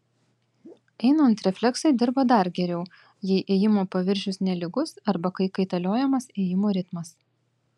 einant refleksai dirba dar geriau jei ėjimo paviršius nelygus arba kai kaitaliojamas ėjimo ritmas